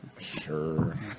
Sure